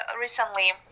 recently